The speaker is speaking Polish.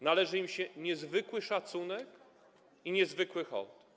Należy im się niezwykły szacunek i niezwykły hołd.